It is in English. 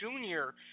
Junior